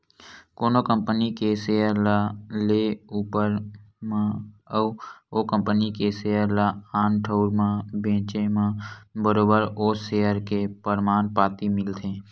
कोनो कंपनी के सेयर ल लेए ऊपर म अउ ओ कंपनी के सेयर ल आन ठउर म बेंचे म बरोबर ओ सेयर के परमान पाती मिलथे